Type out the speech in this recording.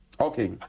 Okay